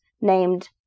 named